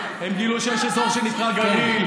ומה הדבר הגדול שקרה במדינת ישראל?